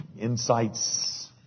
insights